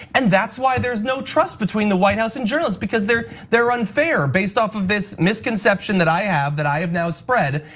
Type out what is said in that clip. and that's why there's no trust between the white house and journalists because they're they're unfair based off of this misconception that i have, that i have now spread.